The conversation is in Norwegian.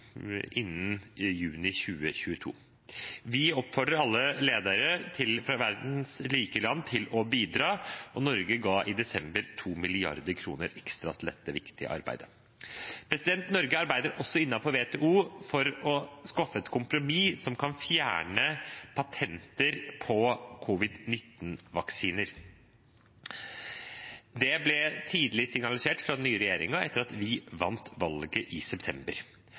innen juni 2022. Vi oppfordrer alle ledere fra verdens rike land til å bidra. Norge ga i desember 2 mrd. kr ekstra til dette viktige arbeidet. Norge arbeider også innenfor WTO for et kompromiss som kan fjerne patenter på covid-19-vaksiner. Det ble tidlig signalisert fra den nye regjeringen etter at vi vant valget i september.